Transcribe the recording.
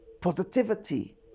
positivity